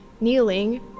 kneeling